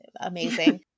Amazing